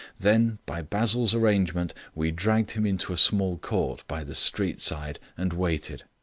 then, by basil's arrangement, we dragged him into a small court by the street side and waited.